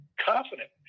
confident